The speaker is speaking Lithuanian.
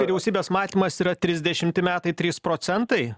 vyriausybės matymas yra trisdešimti metai trys procentai